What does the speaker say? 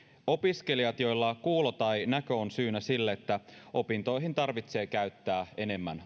opiskelijat joilla kuulo tai näkö on syynä sille että opintoihin täytyy käyttää enemmän